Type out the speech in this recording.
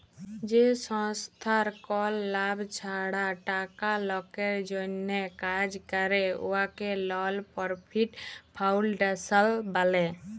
যে সংস্থার কল লাভ ছাড়া টাকা লকের জ্যনহে কাজ ক্যরে উয়াকে লল পরফিট ফাউল্ডেশল ব্যলে